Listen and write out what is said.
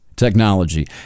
technology